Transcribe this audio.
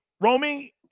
Romy